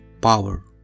power